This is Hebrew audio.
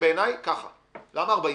בעיניי זה ככה למה 40%?